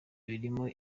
birimo